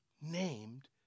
named